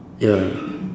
ya